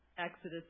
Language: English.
Exodus